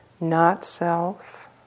not-self